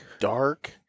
Dark